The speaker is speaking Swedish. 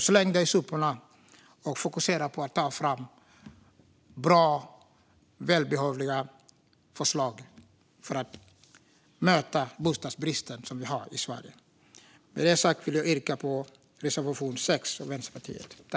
Släng det i soporna, och fokusera på att ta fram bra välbehövliga förslag för att möta bostadsbristen i Sverige. Med detta sagt yrkar jag bifall till reservation 6 av Vänsterpartiet.